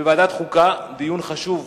בוועדת חוקה, דיון חשוב